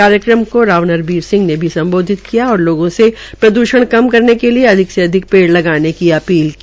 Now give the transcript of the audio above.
कार्यक्रम को राव नरवीर सिंह ने भी सम्बोधित किया और लोगों से प्रद्षण कम करने के लिये अधिक से अधिक पेड़ लगाने की अपील की